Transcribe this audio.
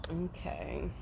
Okay